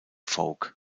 folk